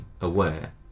aware